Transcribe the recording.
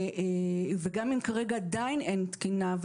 אם כרגע עדיין אין תקינה,